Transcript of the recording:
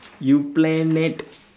you planet